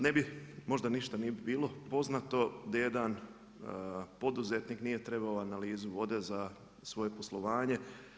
Ne bi možda ni bilo poznato da jedan poduzetnik nije trebao analizu vode za svoje poslovanje.